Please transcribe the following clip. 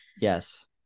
yes